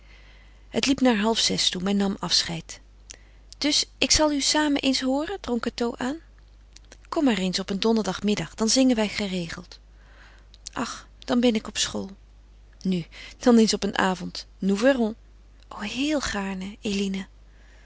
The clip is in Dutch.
het liep naar halfzes toe men nam afscheid dus ik zal u samen eens hooren drong cateau aan kom maar eens op een donderdagmiddag dan zingen wij geregeld ach dan ben ik op school nu dan eens op een avond nous verrons o heel gaarne eline